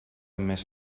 més